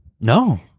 No